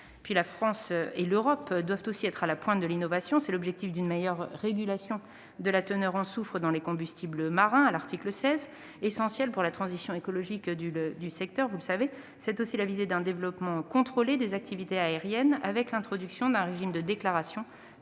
L'Europe et la France doivent aussi être à la pointe de l'innovation. C'est l'objectif d'une meilleure régulation de la teneur en soufre dans les combustibles marins à l'article 16, essentielle pour la transition écologique du secteur. C'est aussi la visée d'un développement contrôlé des activités aériennes, avec l'introduction d'un régime de déclaration, concernant